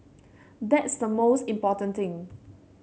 that's the most important thing